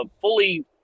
fully